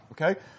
Okay